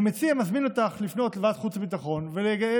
אני מזמין אותך לפנות לוועדת החוץ והביטחון ולקיים